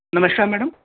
नमस्कार मैडम